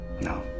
no